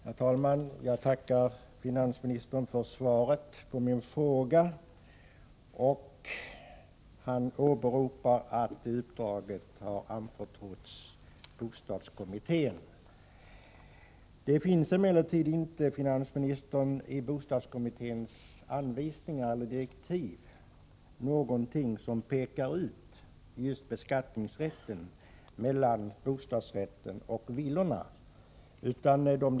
Herr talman! Jag tackar finansministern för svaret på min fråga. Finansministern åberopar att det uppdrag som jag åsyftar anförtrotts bostadskommittén. Det finns emellertid inte, finansministern, i bostadskommitténs direktiv någonting om skillnaden i beskattning vid försäljning av villor och bostadsrätter.